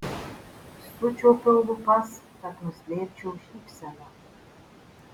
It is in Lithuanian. sučiaupiau lūpas kad nuslėpčiau šypseną